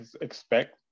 expect